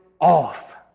off